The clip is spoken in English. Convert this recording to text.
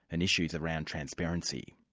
and issues around transparency.